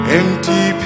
empty